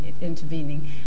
intervening